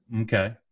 Okay